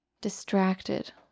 Distracted